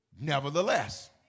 Nevertheless